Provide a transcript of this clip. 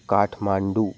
Kathmandu